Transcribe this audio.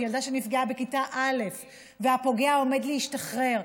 ילדה שנפגעה בכיתה א' והפוגע עומד להשתחרר,